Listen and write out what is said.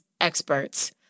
experts